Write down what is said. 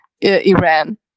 Iran